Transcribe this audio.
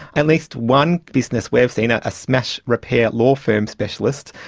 at least one business we've seen, a smash repair law firm specialist,